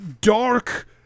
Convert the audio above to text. dark